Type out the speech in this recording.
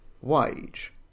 wage